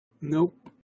Nope